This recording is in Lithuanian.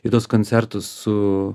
į tuos koncertus su